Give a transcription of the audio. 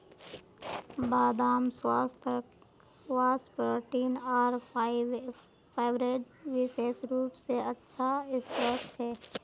बदाम स्वास्थ्यवर्धक वसा, प्रोटीन आर फाइबरेर विशेष रूप स अच्छा स्रोत छ